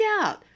out